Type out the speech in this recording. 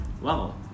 wow